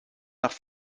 nach